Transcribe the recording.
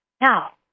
Now